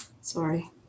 sorry